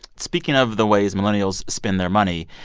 speaking of the ways millennials spend their money,